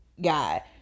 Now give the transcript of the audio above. guy